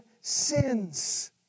sins